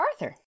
Arthur